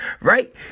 right